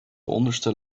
onderste